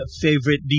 favorite